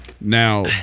Now